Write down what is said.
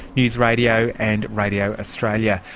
news radio and radio australia,